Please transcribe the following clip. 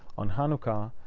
on hanukkah,